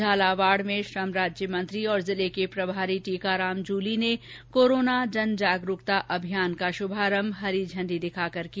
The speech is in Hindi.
झालावाड़ में श्रम राज्यमंत्री और जिले के प्रभारी टीकाराम जूली ने कोरोना जन जागरूकता अभियान का शुभारंभ हरि झंडी दिखाकर किया